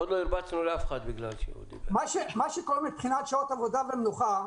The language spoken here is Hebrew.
מה שקורה מבחינת שעות עבודה ומנוחה,